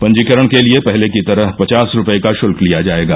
पंजीकरण के लिए पहले की तरह पचास रुपए का शुल्क लिया जाएगा